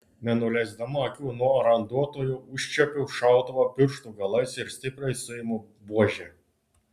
nenuleisdama akių nuo randuotojo užčiuopiu šautuvą pirštų galais ir stipriai suimu buožę